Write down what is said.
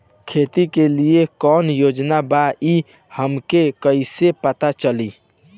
खेती के लिए कौने योजना बा ई हमके कईसे पता चली?